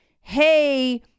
Hey